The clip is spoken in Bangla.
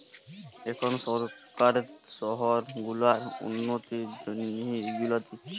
এখল সরকার শহর গুলার উল্ল্যতির জ্যনহে ইগুলা দিছে